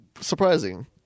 Surprising